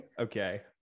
okay